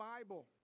Bible